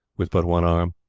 with but one arm.